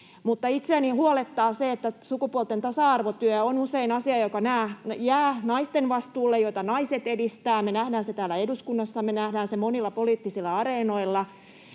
itseäni huolettaa se, että sukupuolten tasa-arvotyö on usein asia, joka jää naisten vastuulle, jota naiset edistävät. Me nähdään se täällä eduskunnassa, me nähdään se monilla poliittisilla areenoilla.